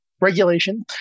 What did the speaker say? Regulation